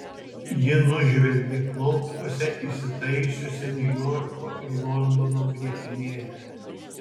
ji nužvelgė klauptuose įsitaisiusią niujorko ir londono grietinėlę